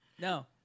No